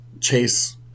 Chase